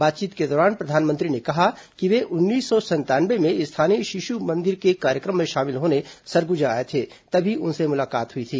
बातचीत के दौरान प्रधानमंत्री ने कहा कि वे उन्नीस सौ संतानवे में स्थानीय शिशु मंदिर के कार्यक्रम में शामिल होने सरगुजा आए थे तभी उनसे मुलाकात हुई थी